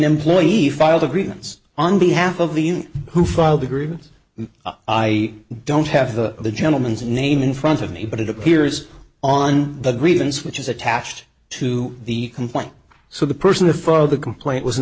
employee filed a grievance on behalf of the who filed a grievance and i don't have the the gentleman's name in front of me but it appears on the grievance which is attached to the complaint so the person in front of the complaint was an